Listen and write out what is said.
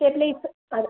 stabiliser ആ